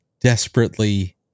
desperately